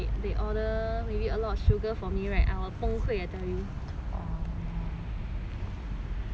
I will 崩溃 I tell you